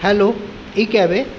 hello इ cab आहे